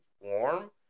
warm